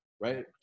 right